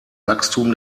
wachstum